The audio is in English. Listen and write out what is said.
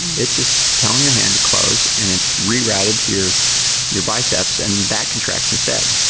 it's just telling your hand to close and it's rerouted to your your biceps and that contracts instead,